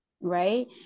Right